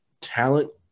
talent